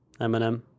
Eminem